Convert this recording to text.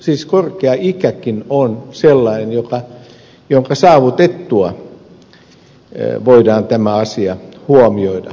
siis korkea ikäkin on sellainen asia jonka saavuttamisen jälkeen voidaan tämä asia huomioida